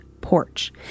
porch